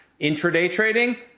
intra-day trading,